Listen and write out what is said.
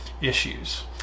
issues